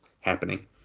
happening